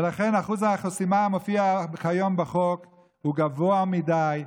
ולכן, אחוז החסימה המופיע כיום בחוק הוא גבוה מדי,